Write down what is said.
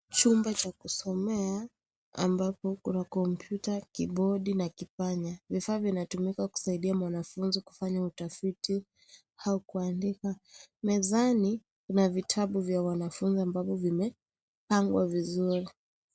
Chumba cha kusomea ambapo kuna kompyuta, kibodi na kipanya, vifaa vinatumikq kusaidia mwanafunzi kufanya utafiti au kuandika. Mezani kuna vitabu vya wanafunzi ambavyo vimepangwa vizuri.